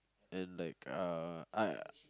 and like uh I